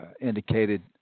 indicated –